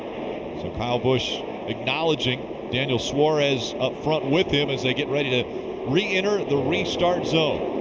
so kyle busch acknowledging daniel suarez up front with him as they get ready to re-enter the restart zone.